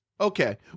Okay